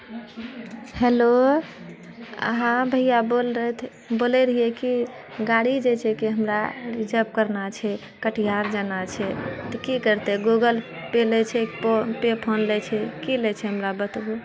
hello हाँ भैया बोल रहे थे बोले रहियै कि गाड़ी जे छै कि हमरा रिजर्व करनाइ छै कटिहार जेनाइ छै तऽ की करतै गूगल पे लए छै पऽ पे फोन लै छै की लै छै हमरा बतबू